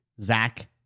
Zach